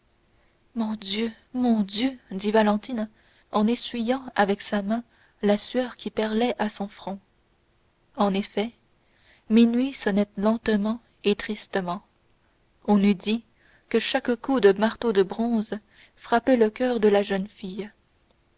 mon dieu mon dieu dit valentine en essuyant avec sa main la sueur qui perlait à son front en effet minuit sonnait lentement et tristement on eût dit que chaque coup de marteau de bronze frappait le coeur de la jeune fille